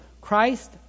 christ